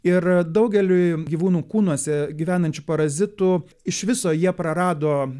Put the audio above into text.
ir daugeliui gyvūnų kūnuose gyvenančių parazitų iš viso jie prarado